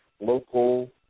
local